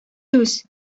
түз